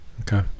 Okay